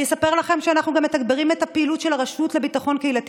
אני אספר לכם שאנחנו גם מתגברים את הפעילות של הרשות לביטחון קהילתי